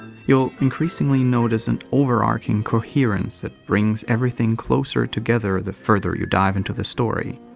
you'll increasingly notice an overarching coherence that bring everything closer together the further you dive into the story.